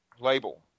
label